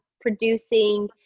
producing